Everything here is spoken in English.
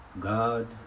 God